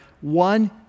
one